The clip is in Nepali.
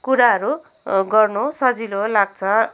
कुराहरू गर्नु सजिलो लाग्छ